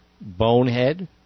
Bonehead